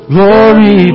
Glory